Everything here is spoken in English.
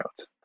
out